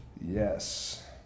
Yes